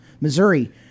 Missouri